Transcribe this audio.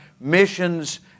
missions